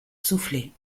souffler